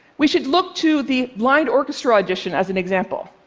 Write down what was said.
we should look to the blind orchestra audition as an example.